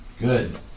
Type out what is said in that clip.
Good